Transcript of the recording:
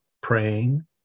praying